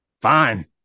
fine